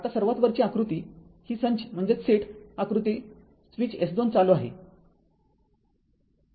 आता सर्वात वरची आकृती ही संच आकृती आहे स्विच S२ चालू आहे